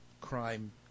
crime